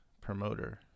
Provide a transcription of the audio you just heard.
promoter